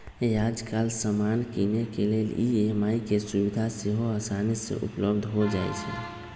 याजकाल समान किनेके लेल ई.एम.आई के सुभिधा सेहो असानी से उपलब्ध हो जाइ छइ